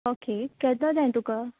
okay केदों जाय तुका